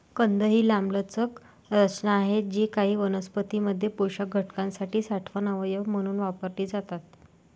कंद ही लांबलचक रचना आहेत जी काही वनस्पतीं मध्ये पोषक घटकांसाठी साठवण अवयव म्हणून वापरली जातात